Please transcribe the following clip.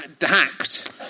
hacked